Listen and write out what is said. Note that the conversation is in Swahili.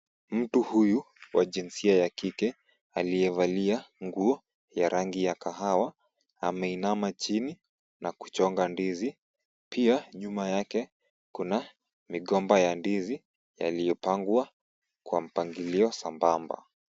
Mtu huyu wa jinsia ya kike aliyevalia nguo ya rangi ya kahawa. Ameinama chini na kuchonga ndizi. Pia nyuma yake kuna migomba ya ndizi yaliyopangwa kwa mpangilio sambamba.